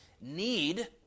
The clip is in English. Need